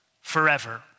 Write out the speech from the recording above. forever